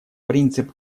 принцип